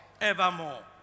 Evermore